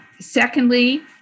Secondly